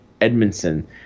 Edmondson